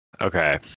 okay